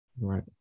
right